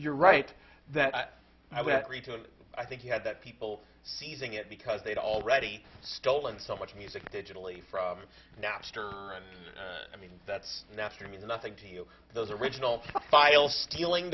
you're right that i think you had that people seizing it because they'd already stolen so much music digitally from napster i mean that's natural means nothing to you those original file stealing